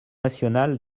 nationale